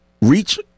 reach